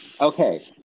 okay